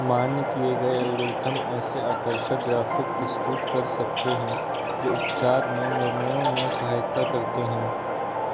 मान्य किए गए एल्गोरिथम ऐसे आकर्षक ग्राफिक प्रस्तुत कर सकते हैं जो उपचार में निर्णयों में सहायता करते हैं